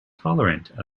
tolerant